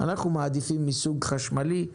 אנחנו מעדיפים מסוג חשמלי.